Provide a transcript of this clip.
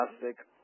plastic